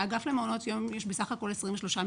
באגף למעונות יום יש בסך הכול 23 מפקחים,